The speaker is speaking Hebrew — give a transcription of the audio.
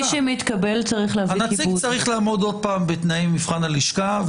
הנציג צריך לעמוד שוב בתנאי מבחן הלשכה.